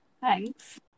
Thanks